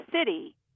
city